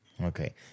Okay